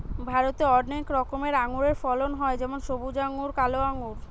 ভারতে অনেক রকমের আঙুরের ফলন হয় যেমন সবুজ আঙ্গুর, কালো আঙ্গুর